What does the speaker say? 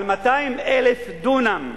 על 200,000 דונם,